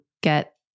get